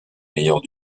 meilleurs